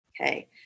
Okay